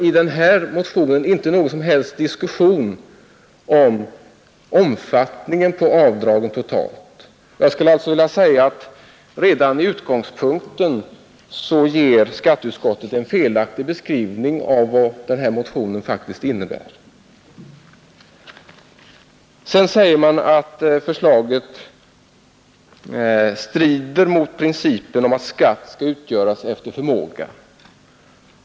I denna motion förs inte någon som helst diskussion om omfattningen av avdraget totalt. Redan i utgångspunkten ger skatteutskottet alltså en felaktig beskrivning av vad motionen faktiskt innebär. Sedan skriver utskottet att förslaget strider mot principen om att skatt skall utgöras efter förmåga.